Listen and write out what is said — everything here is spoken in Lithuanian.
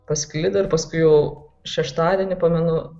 pasklido ir paskui jau šeštadienį pamenu